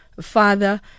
Father